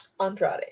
andrade